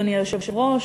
אדוני היושב-ראש,